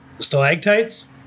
stalactites